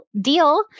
deal